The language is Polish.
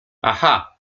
aha